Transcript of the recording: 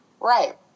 Right